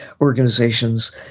organizations